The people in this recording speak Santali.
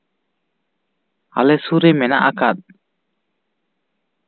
ᱟᱞᱮ ᱥᱩᱨ ᱨᱮ ᱢᱮᱱᱟᱜ ᱟᱠᱟᱫ